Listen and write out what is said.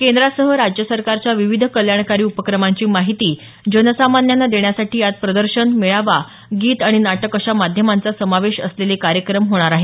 केंद्रासह राज्य सरकारच्या विविध कल्याणकारी उपक्रमांची माहिती जनसामान्यांना देण्यासाठी यात प्रदर्शन मेळावा गीत आणि नाटक अशा माध्यमांचा समावेश असलेले कार्यक्रम होणार आहेत